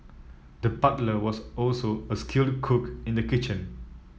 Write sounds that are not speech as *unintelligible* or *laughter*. the *unintelligible* was also a skilled cook in the kitchen